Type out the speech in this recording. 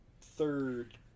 third